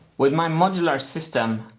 with my modular system,